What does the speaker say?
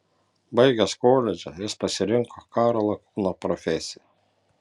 baigęs koledžą jis pasirinko karo lakūno profesiją